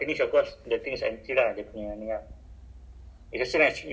so call move ah